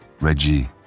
Reggie